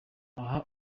aha